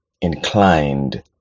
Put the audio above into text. inclined